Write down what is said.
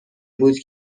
بود